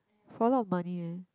for a lot of money eh